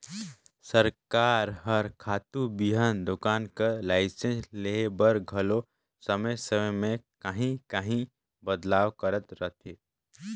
सरकार हर खातू बीहन दोकान कर लाइसेंस लेहे बर घलो समे समे में काहीं काहीं बदलाव करत रहथे